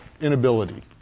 inability